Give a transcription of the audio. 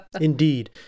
Indeed